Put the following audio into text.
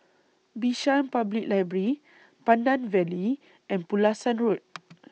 Bishan Public Library Pandan Valley and Pulasan Road